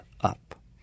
up